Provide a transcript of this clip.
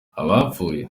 abapfuye